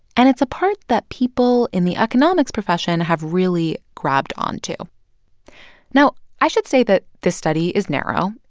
and it's a part that people in the economics profession have really grabbed on to now, i should say that this study is narrow.